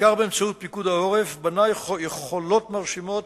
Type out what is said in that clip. בעיקר באמצעות פיקוד העורף, בנה יכולות מרשימות